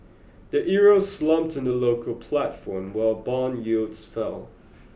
the Euro slumped in the local platform while bond yields fell